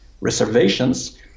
reservations